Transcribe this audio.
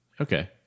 Okay